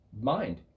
mind